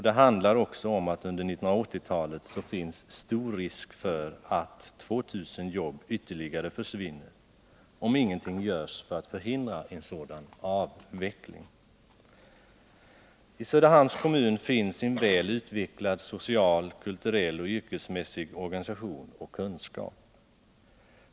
Det handlar också om att det under 1980-talet finns stor risk för att ytterligare 2 000 jobb försvinner, om ingenting görs för att förhindra en sådan avveckling. I Söderhamns kommun finns en väl utvecklad social, kulturell och yrkesmässig organisation och kunskap.